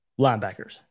linebackers